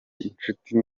inshuti